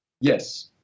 Yes